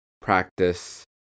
practice